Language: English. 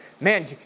Man